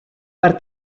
per